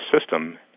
system